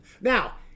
now